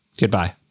Goodbye